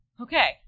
Okay